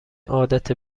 عادت